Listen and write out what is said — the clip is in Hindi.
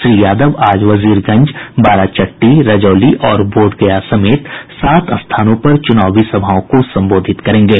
श्री यादव आज वजीरगंज बाराचट्टी रजौली और बोधगया समेत सात स्थानों पर च्नावी सभाओं को संबोधित करेंगे